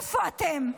איפה אתם?